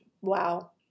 wow